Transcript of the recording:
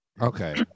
Okay